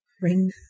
Ring